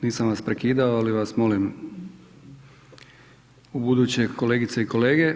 Nisam vas prekidao ali vas molim ubuduće kolegice i kolege.